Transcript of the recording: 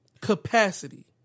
capacity